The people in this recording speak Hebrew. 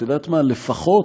את יודעת מה, לפחות